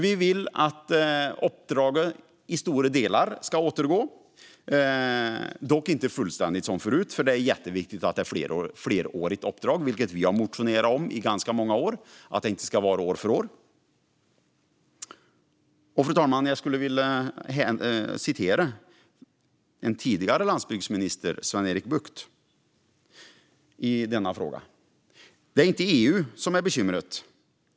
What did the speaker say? Vi vill att uppdraget i stora delar ska återgå. Det ska dock inte vara fullständigt som förut, för det är jätteviktigt att det är ett flerårigt uppdrag. Vi har i ganska många år motionerat om att det inte ska vara år för år. Fru talman! Så här sa tidigare landsbygdsminister Sven-Erik Bucht: Det är inte EU som är bekymret.